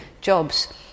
jobs